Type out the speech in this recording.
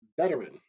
veteran